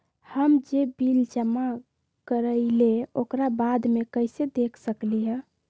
हम जे बिल जमा करईले ओकरा बाद में कैसे देख सकलि ह?